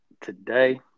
Today